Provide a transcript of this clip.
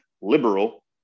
liberal